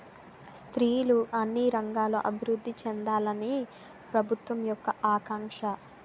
స్త్రీలు అన్ని రంగాల్లో అభివృద్ధి చెందాలని ప్రభుత్వం యొక్క ఆకాంక్ష